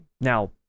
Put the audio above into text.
Now